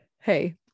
hey